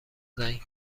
زنگ